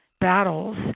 battles